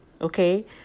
okay